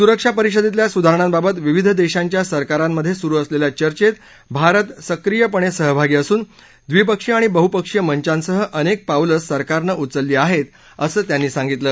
सुरक्षा परिषदेतल्या सुधारणांबाबत विविध देशांच्या सरकारांमधे सुरु असलेल्या चर्चेत भारत सक्रीयपणे सहभागी असून दवीपक्षीय आणि बहपक्षीय मंचांसह अनेक पावलं सरकारनं उचलली आहे असं त्यांनी सांगितलं